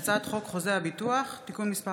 הצעת חוק חוזה הביטוח (תיקון מס'